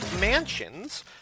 Mansions